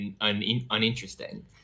uninteresting